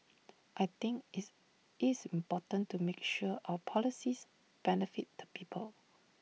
I think is isn't important to make sure our policies benefit the people